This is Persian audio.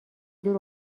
دور